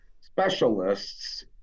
specialists